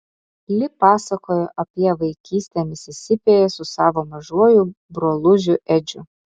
li pasakojo apie vaikystę misisipėje su savo mažuoju brolužiu edžiu